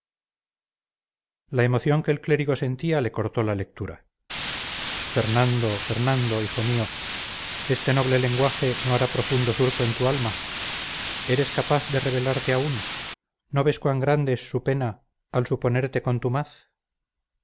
la emoción que el clérigo sentía le cortó la lectura fernando fernando hijo mío este noble lenguaje no hará profundo surco en tu alma eres capaz de rebelarte aún no ves cuán grande es su pena al suponerte